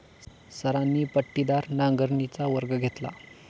सरांनी पट्टीदार नांगरणीचा वर्ग घेतला